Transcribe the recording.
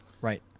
right